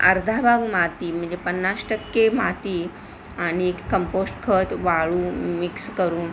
अर्धा भाग माती म्हणजे पन्नास टक्के माती आणि कंपोष्ट खत वाळू मिक्स करून